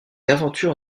l’aventure